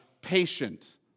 Patient